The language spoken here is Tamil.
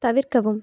தவிர்க்கவும்